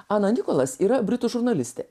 ana nikolas yra britų žurnalistė